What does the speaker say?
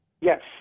Yes